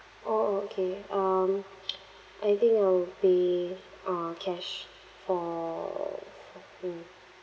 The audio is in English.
orh okay um I think I will be uh cash for for mm